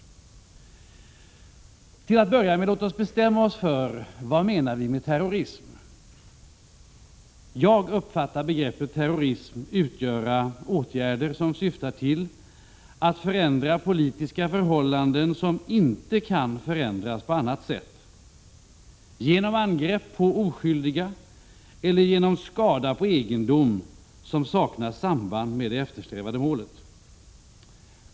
Låt oss till en början bestämma oss för vad vi menar med terrorism. Jag uppfattar att begreppet terrorism utgörs av åtgärder som syftar till att förändra politiska förhållanden som inte kan förändras på annat sätt, genom angrepp på oskyldiga eller genom skada på egendom som saknar samband med det eftersträvade målet.